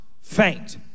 faint